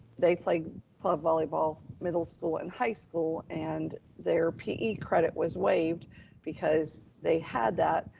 they played club volleyball, middle school and high school. and their pe credit was waived because they had that.